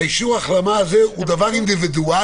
ואישור ההחלמה הזה הוא דבר אינדיבידואלי.